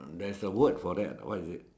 uh there's a word for that ah what is it